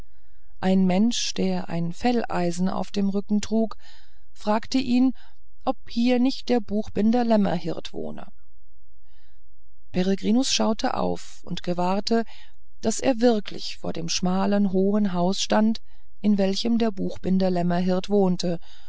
ein mensch der ein felleisen auf dem rücken trug fragte ihn ob hier nicht der buchbinder lämmerhirt wohne peregrinus schaute auf und gewahrte daß er wirklich vor dem schmalen hohen hause stand in welchem der buchbinder lämmerhirt wohnte